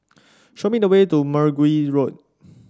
show me the way to Mergui Road